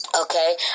okay